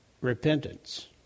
Repentance